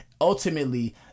ultimately